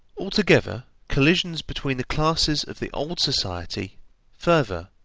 altogether collisions between the classes of the old society further,